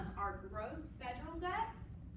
our gross federal debt,